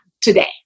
today